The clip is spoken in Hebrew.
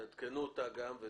תעדכנו אותה גם.